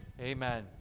Amen